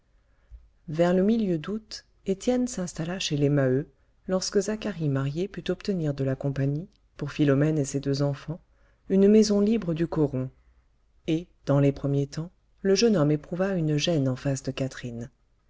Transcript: vers le milieu d'août étienne s'installa chez les maheu lorsque zacharie marié put obtenir de la compagnie pour philomène et ses deux enfants une maison libre du coron et dans les premiers temps le jeune homme éprouva une gêne en face de catherine